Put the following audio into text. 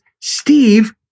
Steve